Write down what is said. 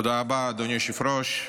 תודה רבה, אדוני היושב-ראש.